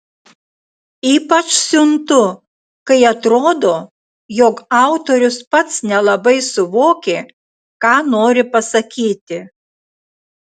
ypač siuntu kai atrodo jog autorius pats nelabai suvokė ką nori pasakyti